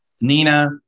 Nina